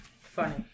Funny